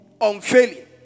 Unfailing